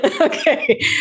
Okay